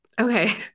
okay